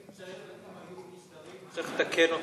אני חושב שאם היו אי-סדרים אז צריך לתקן אותם,